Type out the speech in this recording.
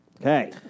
Okay